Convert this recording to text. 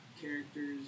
characters